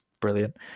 brilliant